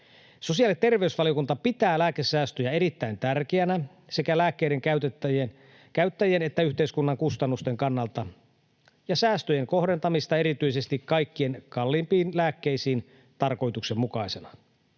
Sosiaali- ja terveysvaliokunta pitää lääkesäästöjä erittäin tärkeänä sekä lääkkeiden käyttäjien että yhteiskunnan kustannusten kannalta ja säästöjen kohdentamista erityisesti kaikkein kalleimpiin lääkkeisiin tarkoituksenmukaisena.